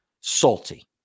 Salty